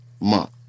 month